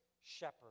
shepherd